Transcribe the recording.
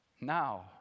Now